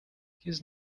his